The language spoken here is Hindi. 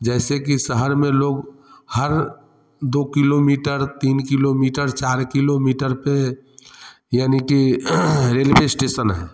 जैसे कि शहर में लोग हर दो किलोमीटर तीन किलोमीटर चार किलोमीटर पर यानी कि रेलवे स्टेसन है